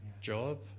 job